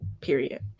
period